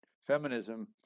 feminism